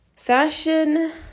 Fashion